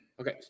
Okay